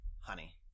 Honey